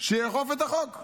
שיאכוף את החוק.